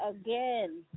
again